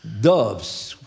Doves